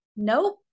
Nope